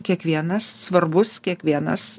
kiekvienas svarbus kiekvienas